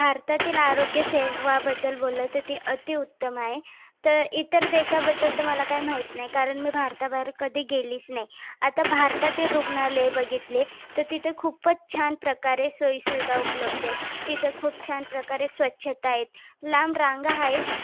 भारतातील आरोग्य सेवाबद्दल बोललं तर ती अतिउत्तम आहे तर इतर देशाबद्दल तर मला काही माहिती नाही कारण मी भारताबाहेर कधी गेलीच नाही आता भारतातील रूग्णालय बघितले तर तिथे खूपच छान प्रकारे सोईसुविधा उपलब्ध आहेत तिथे खूप छान प्रकारे स्वच्छता आहेत लांब रांगा आहेत